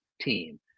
team